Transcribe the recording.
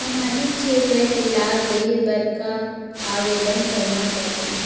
सामाजिक क्षेत्र के लाभ लेहे बर का आवेदन करना पड़ही?